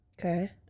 Okay